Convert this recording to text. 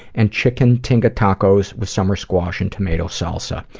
and chicken tinga tacos with summer squash and tomato salsa.